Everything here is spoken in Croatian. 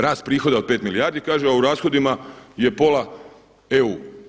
Rast prihoda od 5 milijardi, kaže a u rashodima je pola EU.